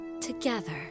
together